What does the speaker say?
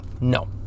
no